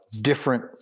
different